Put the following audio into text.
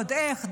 ועוד איך,